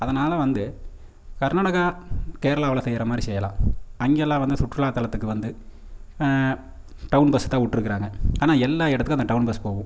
அதனால் வந்து கர்நாடகா கேரளாவில் செய்கிற மாதிரி செய்யலாம் அங்கேலாம் வந்து சுற்றுலாத்தலத்துக்கு வந்து டவுன் பஸ் தான் விட்ருக்குறாங்க ஆனால் எல்லா இடத்துக்கும் அந்த டவுன் பஸ் போகும்